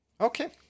Okay